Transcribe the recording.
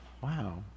Wow